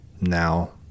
now-